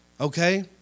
Okay